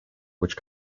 which